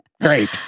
Great